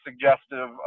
suggestive